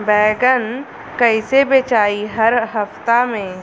बैगन कईसे बेचाई हर हफ्ता में?